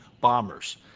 bombers